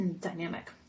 dynamic